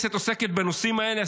הכנסת עוסקת בנושאים האלה.